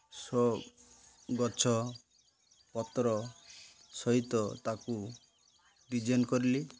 show ଗଛ ପତ୍ର ସହିତ ତାକୁ ଡିକାଇନ୍ କଲି